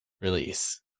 release